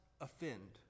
offend